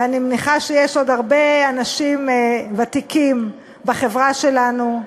ואני מניחה שיש עוד הרבה אנשים ותיקים בחברה שלנו,